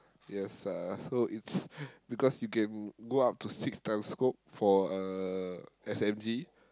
yes uh so it's because you can go up to six times scope for uh S_M_G